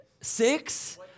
Six